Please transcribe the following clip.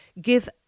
give